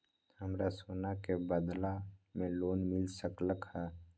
हमरा सोना के बदला में लोन मिल सकलक ह?